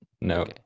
no